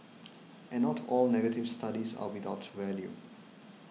and not all negative studies are without value